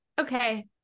okay